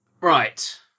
Right